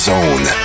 Zone